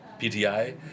PTI